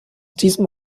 diesem